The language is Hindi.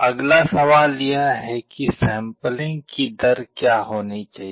अगला सवाल यह है कि सैंपलिंग की दर क्या होनी चाहिए